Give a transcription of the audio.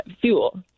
fuel